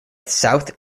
south